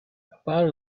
about